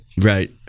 right